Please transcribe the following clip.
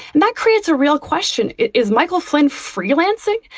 and that creates a real question. is michael flynn freelancing?